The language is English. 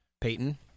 Peyton